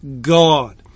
God